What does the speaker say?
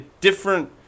different